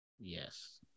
Yes